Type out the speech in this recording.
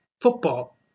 Football